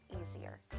easier